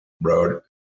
road